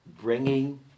bringing